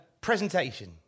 presentation